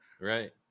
Right